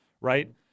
right